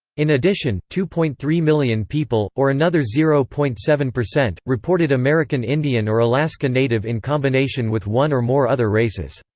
in addition, two point three million people, or another zero point seven percent, reported american indian or alaska native in combination with one or more other races.